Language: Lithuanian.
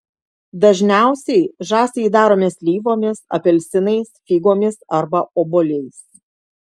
dažniausiai žąsį įdarome slyvomis apelsinais figomis arba obuoliais